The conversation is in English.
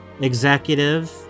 executive